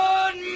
Good